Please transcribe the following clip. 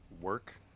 work